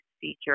feature